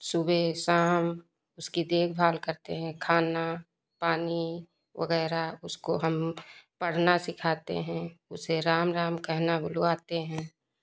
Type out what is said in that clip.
सुबह शाम उसकी देखभाल करते हैं खाना पानी वगैरह उसको हम पढ़ना सिखाते हैं उसे राम राम कहना बुलवाते हैं